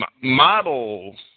model